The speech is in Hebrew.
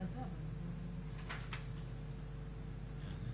כמה כסף יש לכל אחד